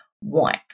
want